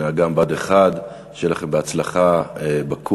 אג"ם מבה"ד 1. שיהיה לכם בהצלחה בקורס